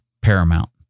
paramount